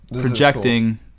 projecting